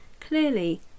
clearly